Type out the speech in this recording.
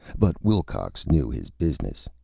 but wilcox knew his business.